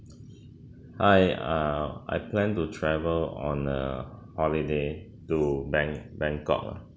Hi uh I plan to travel on a holiday to bang~ bangkok ah